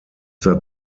that